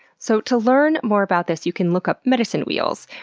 so to learn more about this, you can look up medicine wheels,